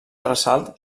ressalt